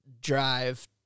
drive